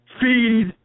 Feed